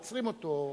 עוצרים אותו,